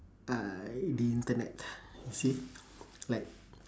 uh the internet you see like